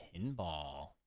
Pinball